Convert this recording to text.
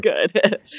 good